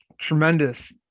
tremendous